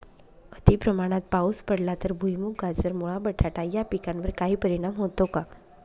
अतिप्रमाणात पाऊस पडला तर भुईमूग, गाजर, मुळा, बटाटा या पिकांवर काही परिणाम होतो का?